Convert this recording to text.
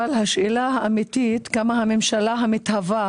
אבל השאלה האמיתית היא כמה הממשלה המתהווה